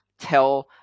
tell